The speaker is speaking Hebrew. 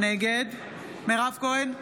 נגד מירב כהן,